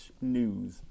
news